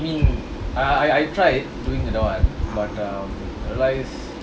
uh